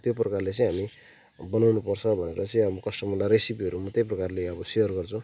त्यो प्रकारले चाहिँ हामी बनाउनु पर्छ भनेर चाहिँ अब कस्टमरलाई रेसिपीहरू म त्यही प्रकारले अब सेयर गर्छु